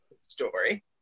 story